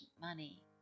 money